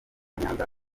nyanza